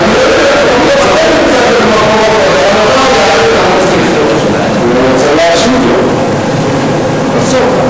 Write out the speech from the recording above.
אדוני היושב-ראש, אני רוצה להשיב לו בסוף.